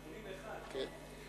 1981. כן, כן.